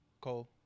Cole